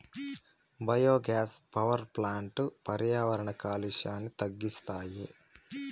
biogas power ప్లాంట్లు పర్యావరణ కాలుష్యాన్ని తగ్గిస్తాయి